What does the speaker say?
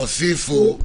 הוספנו.